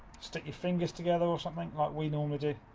stick your fingers together or something like we normally do.